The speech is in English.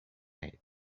ate